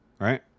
right